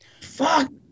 Fuck